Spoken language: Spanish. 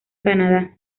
canadá